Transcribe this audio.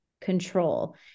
control